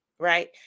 right